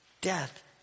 death